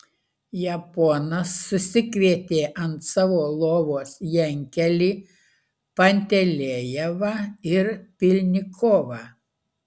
japonas susikvietė ant savo lovos jankelį pantelejevą ir pylnikovą